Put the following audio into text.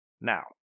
Now